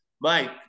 Mike